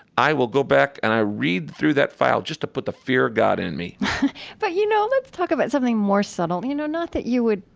i will go back and i read through that file just to put the fear of god in me but, you know, let's talk about something more subtle, you know? not that you would,